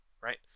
right